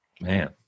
man